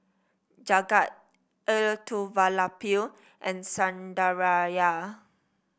Jagat Elattuvalapil and Sundaraiah